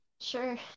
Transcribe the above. sure